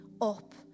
up